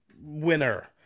winner